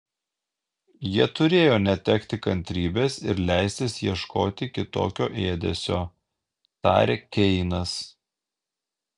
jie turėjo netekti kantrybės ir leistis ieškoti kitokio ėdesio tarė keinas